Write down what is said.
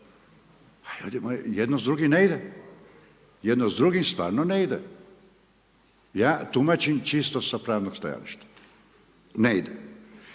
jedno s drugim ne ide, jedno s drugim stvarno ne ide, ja tumačim čisto sa pravnog stajališta. Ne ide.